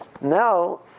now